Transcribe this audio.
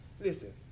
Listen